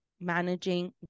managing